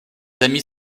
amis